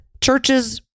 churches